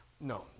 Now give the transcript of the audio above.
No